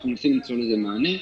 אנחנו מנסים למצוא לזה מענה.